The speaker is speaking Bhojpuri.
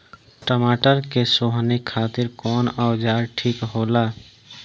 टमाटर के सोहनी खातिर कौन औजार ठीक होला?